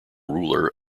ruler